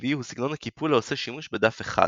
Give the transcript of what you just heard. פיגורטיבי הוא סגנון הקיפול העושה שימוש בדף אחד.